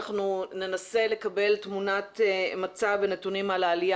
אנחנו ננסה לקבל תמונת מצב ונתונים על העלייה